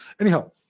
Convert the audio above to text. Anyhow